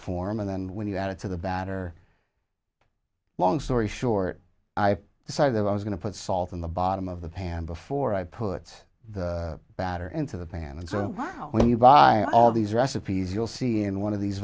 form and then when you add it to the batter long story short i decided that i was going to put salt in the bottom of the pan before i put the batter into the pan and so when you buy all these recipes you'll see in one of these